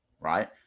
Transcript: right